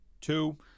two